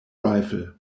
rifle